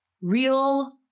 real